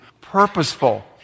purposeful